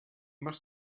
must